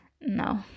No